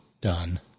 done